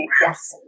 yes